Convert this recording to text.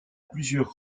plusieurs